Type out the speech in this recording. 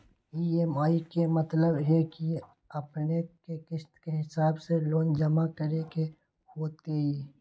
EMI के मतलब है कि अपने के किस्त के हिसाब से लोन जमा करे के होतेई?